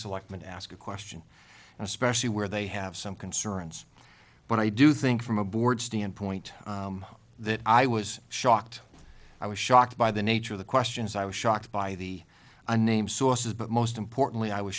selectman ask a question and especially where they have some concerns but i do think from a board standpoint that i was shocked i was shocked by the nature of the questions i was shocked by the unnamed sources but most importantly i was